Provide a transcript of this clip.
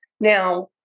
Now